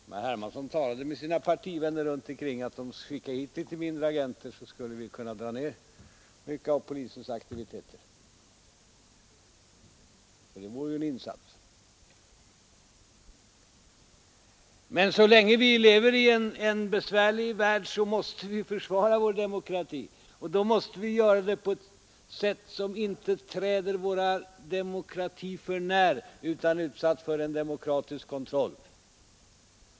Om herr Hermansson talade med sina partivänner runt omkring och bad dem att skicka hit färre agenter, skulle vi kunna dra ned mycket av polisens aktiviteter, så det vore ju en insats. Men så länge vi lever i en besvärlig värld måste vi försvara vår demokrati. Och då måste vi göra det på ett sätt som inte träder vår demokrati för när utan är utsatt för demokratisk kontroll.